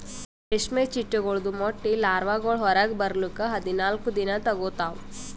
ರೇಷ್ಮೆ ಚಿಟ್ಟೆಗೊಳ್ದು ಮೊಟ್ಟೆ ಲಾರ್ವಾಗೊಳ್ ಹೊರಗ್ ಬರ್ಲುಕ್ ಹದಿನಾಲ್ಕು ದಿನ ತೋಗೋತಾವ್